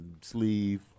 sleeve